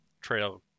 Trail